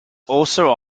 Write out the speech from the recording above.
also